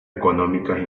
económicas